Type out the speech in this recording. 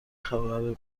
خبر